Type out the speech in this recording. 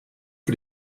für